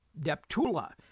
Deptula